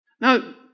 Now